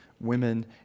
women